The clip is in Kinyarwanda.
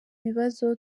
bibazo